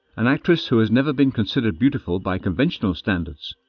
an actress who has never been considered beautiful by conventional standards.